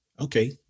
Okay